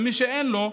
ומי שאין לו,